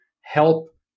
help